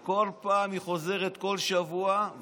כל פעם היא חוזרת, כל שבוע.